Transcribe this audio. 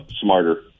smarter